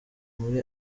muri